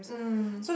mm